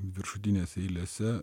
viršutinėse eilėse